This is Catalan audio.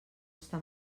està